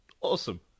Awesome